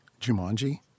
Jumanji